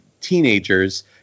teenagers